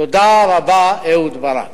תודה רבה, אהוד ברק.